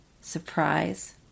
surprise